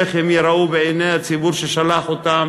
איך הם ייראו בעיני הציבור ששלח אותם?